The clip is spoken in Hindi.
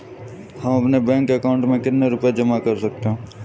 हम अपने बैंक अकाउंट में कितने रुपये जमा कर सकते हैं?